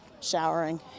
showering